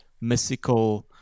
mystical